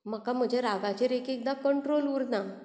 म्हाका म्हज्या रागाचेर एक एकदां कंट्रोल उरना